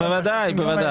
בוודאי.